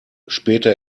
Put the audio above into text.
später